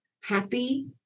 happy